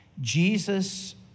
Jesus